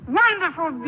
wonderful